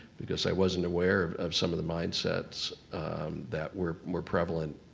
because i wasn't aware of of some of the mindsets that were were prevalent,